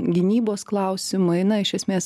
gynybos klausimai na iš esmės